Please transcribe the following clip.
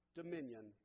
dominion